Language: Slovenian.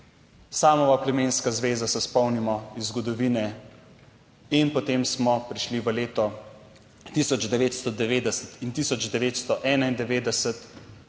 Samova plemenska zveza, se spomnimo iz zgodovine, in potem smo prišli v leto 1990 in 1991,